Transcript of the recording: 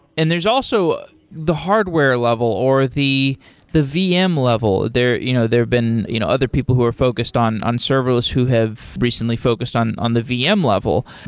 and there's also the hardware level or the the vm level. there you know have been you know other people who are focused on on serverless who have recently focused on on the vm level.